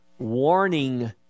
Warning